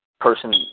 person